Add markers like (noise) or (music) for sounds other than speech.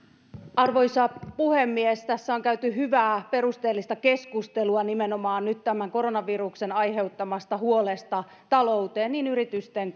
arvoisa puhemies tässä on käyty hyvää perusteellista keskustelua nimenomaan nyt tämän koronaviruksen aiheuttamasta huolesta liittyen talouteen niin yritysten (unintelligible)